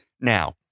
Now